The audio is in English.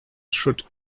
should